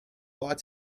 lot